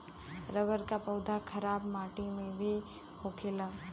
rubber क पौधा खराब माटी में भी होखेला